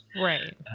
right